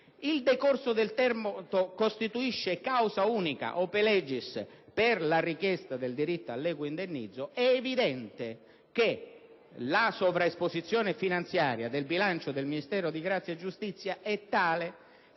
il decorso del termine costituisce causa unica*, ope legis*, per la richiesta del diritto all'equo indennizzo, è evidente che la sovraesposizione finanziaria del bilancio del Ministero della giustizia è tale